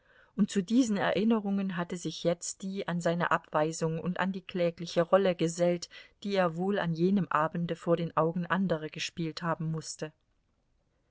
und zu diesen erinnerungen hatte sich jetzt die an seine abweisung und an die klägliche rolle gesellt die er wohl an jenem abende vor den augen anderer gespielt haben mußte